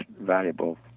valuable